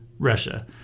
Russia